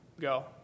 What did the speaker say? Go